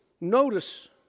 Notice